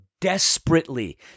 desperately